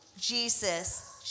Jesus